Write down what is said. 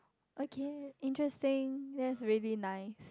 okay interesting that's really nice